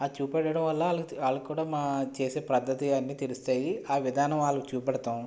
ఆ చూపెట్టడం వల్ల అలా కూడా మా చేసే పద్దతి అన్ని తెలుస్తాయి ఆ విధానం వాళ్ళకు చూపెడతాము